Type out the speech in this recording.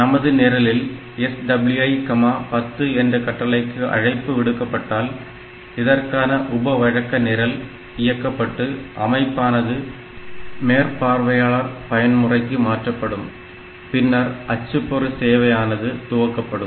நமது நிரலில் SWI10 என்ற கட்டளைக்கு அழைப்பு விடுக்கப்பட்டால் இதற்கான உப வழக்க நிரல் இயக்கப்பட்டு அமைப்பானது மேற்பார்வையாளர் பயன்பாட்டுமுறைக்கு மாற்றப்படும் பின்னர் அச்சுப்பொறி சேவையானது துவக்கப்படும்